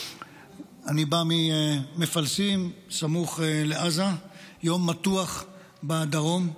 אני בא ממפלסים, סמוך לעזה, יום מתוח בדרום,